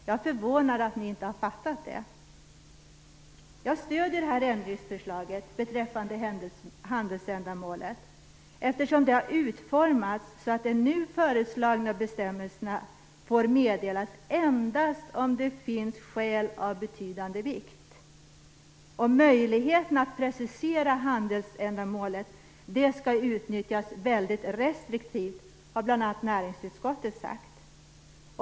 Jag är förvånad över att ni inte har fattat det. Jag stöder det här ändringsförslaget beträffande handelsändamålet, eftersom det har utformats så att de nu föreslagna bestämmelserna får meddelas endast om det finns skäl av betydande vikt. Möjligheten att precisera handelsändamålet skall utnyttjas väldigt restriktivt, har bl.a. näringsutskottet sagt.